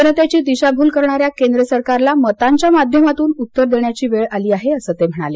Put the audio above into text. जनतेची दिशाभूल करणाऱ्या केंद्र सरकारला मतांच्या माध्यमातून उत्तर देण्याची वेळ आली आहे असं ते म्हणाले